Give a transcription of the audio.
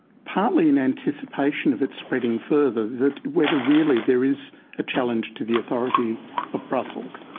partly in anticipation of it spreading further, that whether really there is a challenge to the authority of brussels?